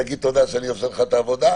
תגיד תודה שאני עושה לך את העבודה,